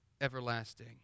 everlasting